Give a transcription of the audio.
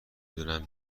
دونم